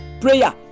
prayer